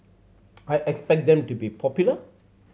I expect them to be popular